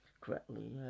correctly